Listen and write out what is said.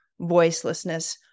voicelessness